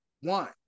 one